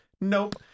nope